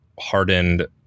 hardened